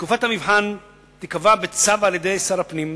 תקופת המבחן תיקבע בצו על-ידי שר הפנים,